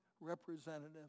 representative